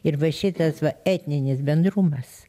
ir va šitas va etninis bendrumas